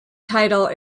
title